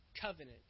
covenant